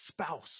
spouse